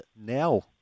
now